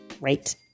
right